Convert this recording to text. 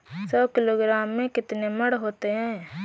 सौ किलोग्राम में कितने मण होते हैं?